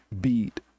beat